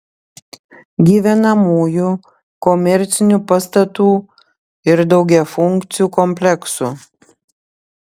gyvenamųjų komercinių pastatų ir daugiafunkcių kompleksų